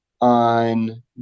on